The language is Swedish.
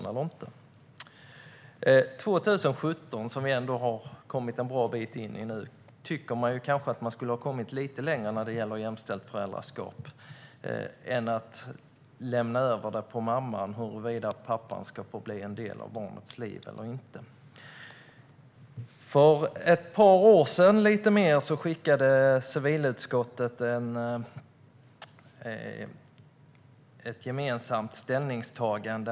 Jag tycker att vi 2017, som vi nu har kommit en bra bit in på, borde ha kommit lite längre när det gäller jämställt föräldraskap än att lämna över det till mamman huruvida pappan ska få bli en del av barnets liv. För ett par år sedan, eller lite mer, gjorde civilutskottet ett gemensamt ställningstagande.